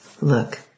Look